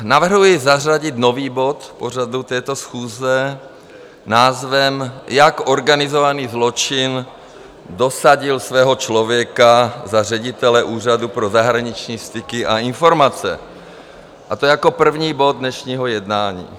Navrhuji zařadit nový bod v pořadu této schůze s názvem Jak organizovaný zločin dosadil svého člověka za ředitele Úřadu pro zahraniční styky a informace, a to jako první bod dnešního jednání.